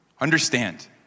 understand